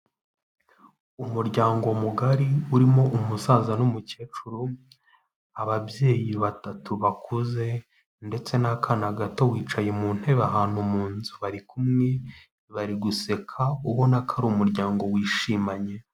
Umuryango mugari urimo umusaza n'umukecuru; ababyeyi batatu bakuze ndetse n'akana gato bicaye mu ntebe ahantu mu nzu. Bari kumwe bari guseka, ubona ko ari umuryango wishimanye.